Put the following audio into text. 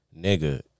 nigga